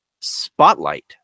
spotlight